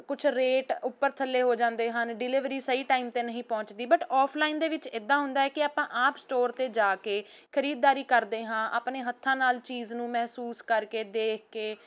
ਕੁਛ ਰੇਟ ਉੱਪਰ ਥੱਲੇ ਹੋ ਜਾਂਦੇ ਹਨ ਡਿਲੀਵਰੀ ਸਹੀ ਟਾਈਮ 'ਤੇ ਨਹੀਂ ਪਹੁੰਚਦੀ ਬਟ ਆਫਲਾਈਨ ਦੇ ਵਿੱਚ ਇੱਦਾਂ ਹੁੰਦਾ ਕਿ ਆਪਾਂ ਆਪ ਸਟੋਰ 'ਤੇ ਜਾ ਕੇ ਖਰੀਦਦਾਰੀ ਕਰਦੇ ਹਾਂ ਆਪਣੇ ਹੱਥਾਂ ਨਾਲ ਚੀਜ਼ ਨੂੰ ਮਹਿਸੂਸ ਕਰਕੇ ਦੇਖ ਕੇ